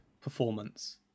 performance